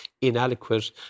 inadequate